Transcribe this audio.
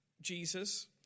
Jesus